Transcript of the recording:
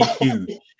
huge